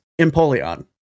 Empoleon